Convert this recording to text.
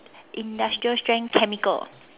industrial strength chemical